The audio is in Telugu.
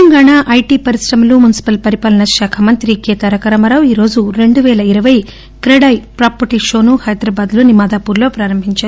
తెలంగాణ ఐటి పరిశ్రమలు మున్పిపల్ పరిపాలన మంత్రి తారకరామారావు ఈ రోజు రెండు పేల ఇరవై క్రెడాయ్ ప్రాపర్టీ షోను హైదరాబాద్లోని మాదాపూర్లో ప్రారంభించారు